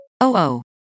Oh-oh